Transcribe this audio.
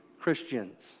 Christians